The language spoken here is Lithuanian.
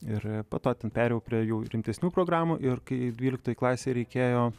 ir po to perėjau prie jau rimtesnių programų ir kai dvyliktoj klasėj reikėjo